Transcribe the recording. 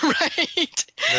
Right